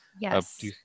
Yes